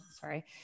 sorry